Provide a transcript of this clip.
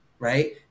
Right